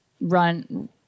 run